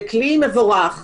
זה כלי מבורך,